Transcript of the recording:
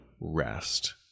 Rest